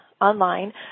online